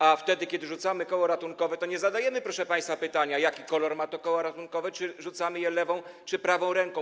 A wtedy, kiedy rzucamy koło ratunkowe, to nie zadajemy, proszę państwa, pytania, jaki kolor ma to koło ratunkowe, czy rzucamy je lewą, czy prawą ręką.